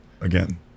again